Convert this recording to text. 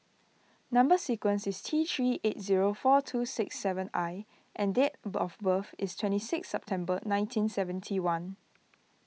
Number Sequence is T three eight zero four two six seven I and date birth of birth is twenty six September nineteen seventy one